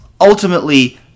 ultimately